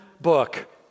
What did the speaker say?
book